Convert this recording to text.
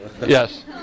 Yes